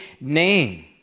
name